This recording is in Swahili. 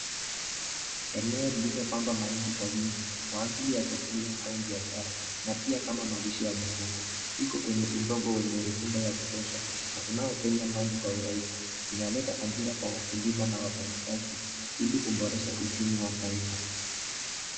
Eneo lilipandwa mahindi kwa wingi kwa ajili ya chakula au biashara na pia kama malish ya mifugo, iko kwenye udongo wenye rutuba ya kutosha unaopenya maji kwa urahisi. Inaleta ajira kwa wakulima na wafanyikazi ili kuboresha uchumi wa taifa.